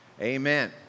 Amen